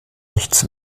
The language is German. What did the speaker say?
nichts